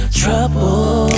trouble